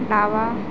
डावा